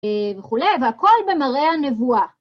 וכולי, והכול במראה הנבואה.